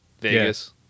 Vegas